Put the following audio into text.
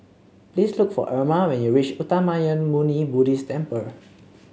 please look for Irma when you reach Uttamayanmuni Buddhist Temple